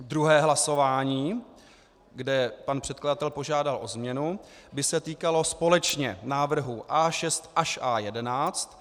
Druhé hlasování, kde pan předkladatel požádal o změnu, by se týkalo společně návrhu A6 až A11.